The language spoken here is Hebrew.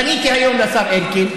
פניתי היום לשר אלקין,